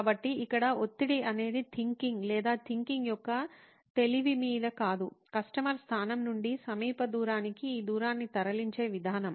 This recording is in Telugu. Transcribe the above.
కాబట్టి ఇక్కడ ఒత్తిడి అనేది థింకింగ్ లేదా థింకింగ్ యొక్క తెలివి మీద కాదు కస్టమర్ స్థానం నుండి సమీప దూరానికి ఈ దూరాన్ని తరలించే విధానం